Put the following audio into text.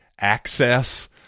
access